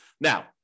Now